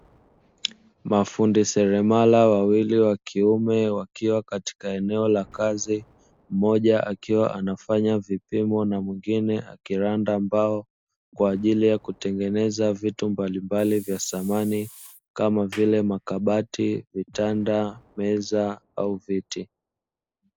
Mafundi seremala wawili wa kiume wakiwa katika eneo la kazi moja akiwa anafanya vipimo na mwingine akiranda ambao kwa ajili ya kutengeneza vitu mbalimbali vya samani kama vile makabati, vitanda, meza au viti.